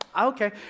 okay